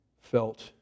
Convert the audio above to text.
felt